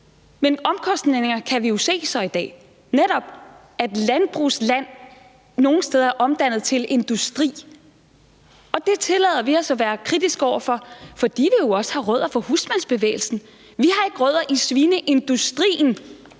Men omkostningerne kan vi jo se i dag – netop at landbrugsland nogle steder er omdannet til industri. Og det tillader vi os at være kritiske over for, fordi vi jo også har rødder i husmandsbevægelsen. Vi har ikke rødder i svineindustrien,